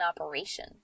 operation